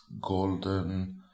golden